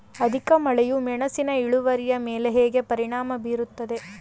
ಅಧಿಕ ಮಳೆಯು ಮೆಣಸಿನ ಇಳುವರಿಯ ಮೇಲೆ ಹೇಗೆ ಪರಿಣಾಮ ಬೀರುತ್ತದೆ?